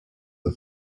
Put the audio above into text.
the